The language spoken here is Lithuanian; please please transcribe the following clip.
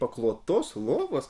paklotos lovos